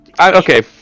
Okay